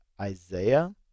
Isaiah